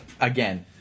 again